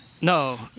No